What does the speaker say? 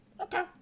Okay